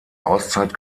auszeit